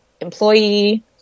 employee